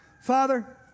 Father